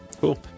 Cool